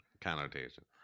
connotation